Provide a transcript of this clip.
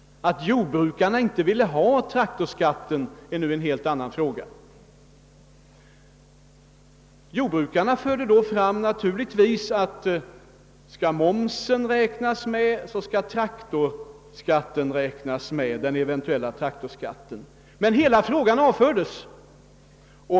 Att jordbrukarna inte ville ha traktorskatten är en helt annan sak. Jordbrukarna sade då naturligtvis att om momsen skall medräknas skall också den eventuella traktorskatten det. Men hela frågan avfördes.